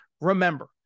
Remember